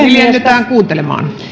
hiljennytään kuuntelemaan